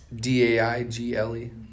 d-a-i-g-l-e